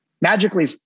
Magically